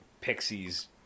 Pixies